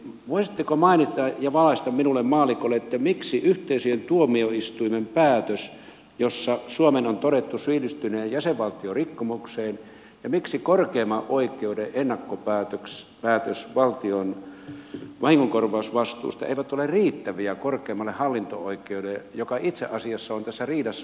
voisitteko mainita ja valaista minulle maallikolle miksi yhteisöjen tuomioistuimen päätös jossa suomen on todettu syyllistyneen jäsenvaltiorikkomukseen ja korkeimman oikeuden ennakkopäätös valtion vahingonkorvausvastuusta eivät ole riittäviä korkeimmalle hallinto oikeudelle joka itse asiassa on tässä riidassa osapuoli